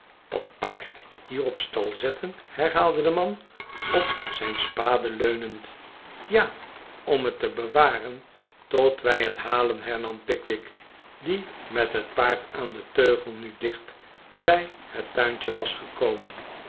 dat paard hier op stal zetten herhaalde de man op zijn spade leunend ja om het te bewaren tot wij het halen hernam pickwick die met het paard aan den teugel nu dicht bij het tuintje was gekomen